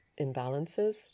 imbalances